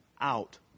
out